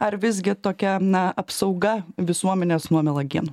ar visgi tokia na apsauga visuomenės nuo melagienų